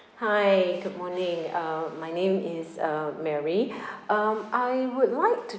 hi good morning uh my name is uh mary um I would like to